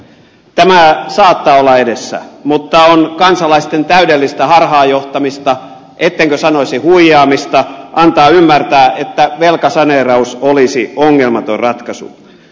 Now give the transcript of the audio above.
tämä saattaa olla edessä mutta on kansalaisten täydellistä harhaan johtamista ettenkö sanoisi huijaamista antaa ymmärtää että velkasaneeraus olisi ongelmaton ratkaisu